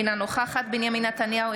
אינה נוכחת בנימין נתניהו,